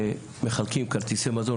שמחלקים כרטיסי מזון,